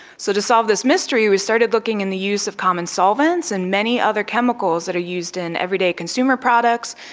so to solve this mystery we started looking in the use of common solvents and many other chemicals that are used in everyday consumer products,